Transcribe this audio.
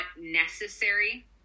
necessary